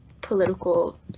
political